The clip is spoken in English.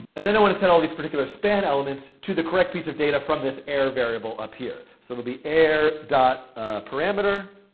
and then i want to set all these particular span elements to the correct piece of data from this air variable up here. so it'll be air ah parameter,